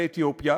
באתיופיה,